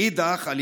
מאידך גיסא,